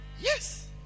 yes